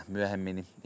Myöhemmin